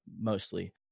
mostly